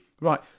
Right